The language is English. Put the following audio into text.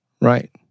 right